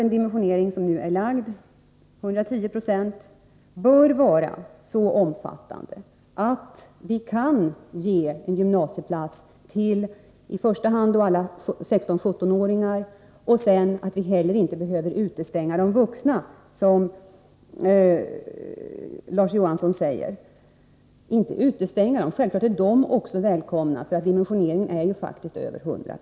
Den dimensionering som nu föreslagits — 110 96 — bör vara så stor att i första hand alla 16-17-åringar kan beredas en gymnasieplats. De vuxna behöver inte utestängas, Larz Johansson. Naturligtvis är också de välkomna. Dimensioneringen motsvarar ju över 100 96.